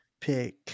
pick